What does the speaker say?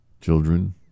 children